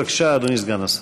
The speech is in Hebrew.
בבקשה, אדוני סגן השר.